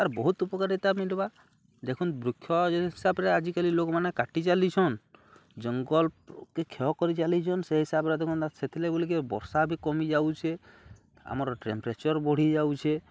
ତର୍ ବହୁତ ଉପକାରତା ମଳିବା ଦେଖନ୍ତୁ ବୃକ୍ଷ ହିସାବରେ ଆଜିକାଲି ଲୋକମାନେ କାଟି ଚାଲିଛନ୍ ଜଙ୍ଗଲକେ କ୍ଷୟ କରି ଚାାଲିଛନ୍ ସେ ହିସାବରେ ଦେଖନ୍ ସେଥିଲାଥିଲେ ବୋଲିକି ବର୍ଷା ବି କମିଯାଉଛେ ଆମର ଟେମ୍ପରେଚର୍ ବଢ଼ିଯାଉଛେ